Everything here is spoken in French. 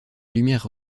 lumière